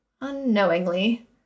unknowingly